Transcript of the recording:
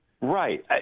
Right